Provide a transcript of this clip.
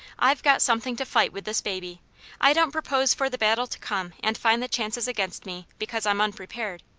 i've got something to fight with this baby i don't propose for the battle to come and find the chances against me, because i'm unprepared.